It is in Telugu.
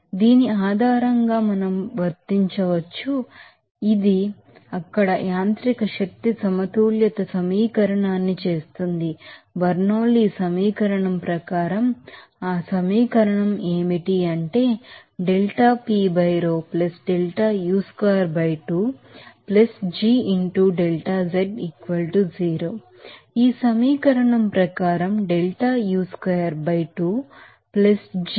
దీని ఆధారంగా మనం వర్తించవచ్చు ఇది ఇక్కడ మెకానికల్ ఎనర్జీ బాలన్స్ ఈక్వేషన్ సమీకరణాన్ని చేస్తుంది బెర్నౌలీ సమీకరణం ప్రకారం ఆ సమీకరణం ఏమిటి ఇది కాబట్టి ఈ సమీకరణం ప్రకారం delta u square by 2 g into delta z whole bracket